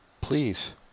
Please